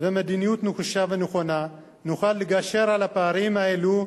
ובמדיניות נוקשה ונכונה נוכל לגשר על הפערים האלה,